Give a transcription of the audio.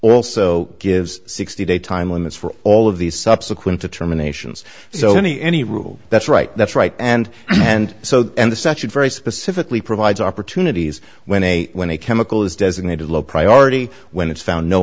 also gives sixty day time limits for all of these subsequent determinations so any any rule that's right that's right and and so and the such a very pacifically provides opportunities when a when a chemical is designated a low priority when it's found no